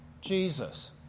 Jesus